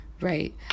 right